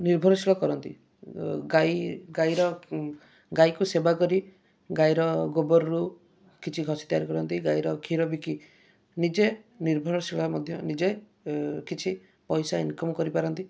ନିର୍ଭରଶୀଳ କରନ୍ତି ଗାଈ ଗାଈର ଗାଈକୁ ସେବା କରି ଗାଈର ଗୋବରରୁ କିଛି ଘସି ତିଆରି କରନ୍ତି ଗାଈର କ୍ଷୀର ବିକି ନିଜେ ନିର୍ଭରଶୀଳ ମଧ୍ୟ ନିଜେ କିଛି ପଇସା ଇନକମ୍ କରି ପାରନ୍ତି